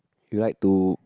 you like to